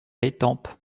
étampes